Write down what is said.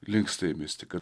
linksta į mistiką